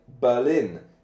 Berlin